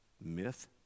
myth